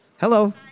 Hello